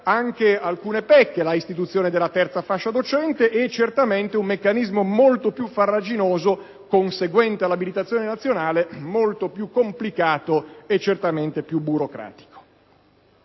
anche alcune pecche: la istituzione della terza fascia docente e certamente un meccanismo molto più farraginoso di reclutamento locale conseguente all'abitazione nazionale, molto più complicato e certamente più burocratico.